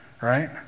Right